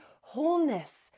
wholeness